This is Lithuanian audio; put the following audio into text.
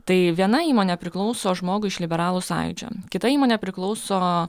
tai viena įmonė priklauso žmogui iš liberalų sąjūdžio kita įmonė priklauso